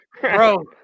Bro